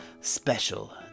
special